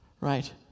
right